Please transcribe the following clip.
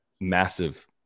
massive